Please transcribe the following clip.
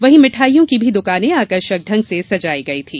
वहीं मिठाइयों की भी दुकाने आकर्षक ढंग से सजायी गयी थी